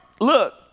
Look